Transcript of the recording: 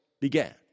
began